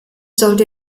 sollte